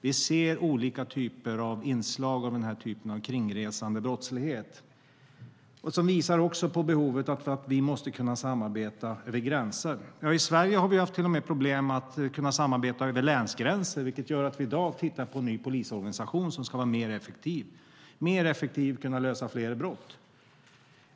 Vi ser olika typer av sådan kringresande brottslighet. Det visar på behovet av att också vi kan samarbeta över gränser. I Sverige har vi till och med haft problem med att samarbeta över länsgränser, vilket är anledningen till att vi i dag tittar på en ny polisorganisation som ska vara mer effektiv och kunna lösa fler brott.